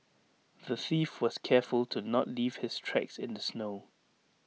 the thief was careful to not leave his tracks in the snow